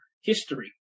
history